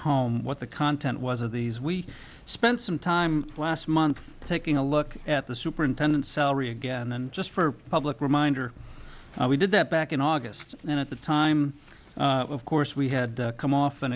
home what the content was of these we spent some time last month taking a look at the superintendent salary again and just for public reminder we did that back in august and at the time of course we had come off an